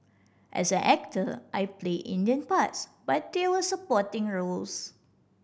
as an actor I played Indian parts but they were supporting roles